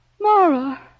Mara